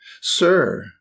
Sir